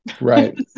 Right